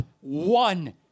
one